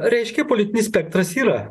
reiškia politinis spektras yra